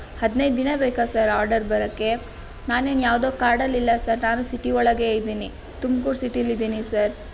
ಹದಿನೈದು ದಿನ ಬೇಕಾ ಸರ್ ಆಡರ್ ಬರೋಕ್ಕೆ ನಾನೇನು ಯಾವುದೋ ಕಾಡಲ್ಲಿ ಇಲ್ಲ ಸರ್ ನಾನು ಸಿಟಿ ಒಳಗೇ ಇದ್ದೀನಿ ತುಮಕೂರು ಸಿಟಿಯಲಿದ್ದೀನಿ ಸರ್